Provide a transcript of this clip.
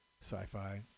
sci-fi